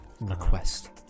request